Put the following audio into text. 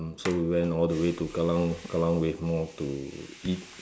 so we went all the way to Kallang Kallang-wave-mall to eat